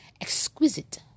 exquisite